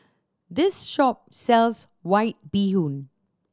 this shop sells White Bee Hoon